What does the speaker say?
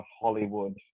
Hollywood